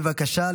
בבקשה,